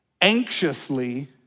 anxiously